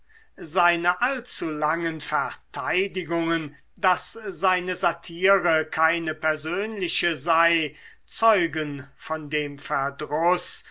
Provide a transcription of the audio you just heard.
seine allzulangen verteidigungen daß seine satire keine persönliche sei zeugen von dem